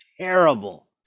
terrible